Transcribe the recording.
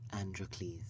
Androcles